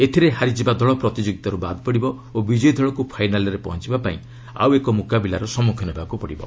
ଏଥିରେ ହାରିଯିବା ଦଳ ପ୍ରତିଯୋଗୀତାରୁ ବାଦ୍ ପଡ଼ିବ ଓ ବିଜୟୀ ଦଳକୁ ଫାଇନାଲ୍ରେ ପହଞ୍ଚିବା ପାଇଁ ଆଉ ଏକ ମୁକାବିଲାର ସମ୍ମୁଖୀନ ହେବାକୁ ପଡ଼ିବ